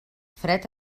fred